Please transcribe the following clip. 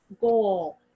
goal